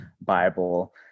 Bible